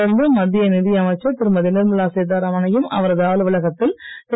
தொடர்ந்து மத்திய நிதி அமைச்சர் திருமதி நிர்மலா சீதாராமனையும் அவரது அலுவலகத்தில் திரு